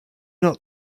not